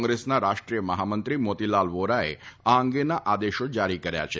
કોંગ્રેસના રાષ્ટ્રીય મફામંત્રી મોતીલાલ વોરાએ આ અંગેના આદેશો જારી કર્યા છે